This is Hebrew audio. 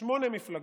שמונה מפלגות,